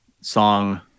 song